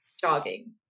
jogging